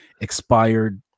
expired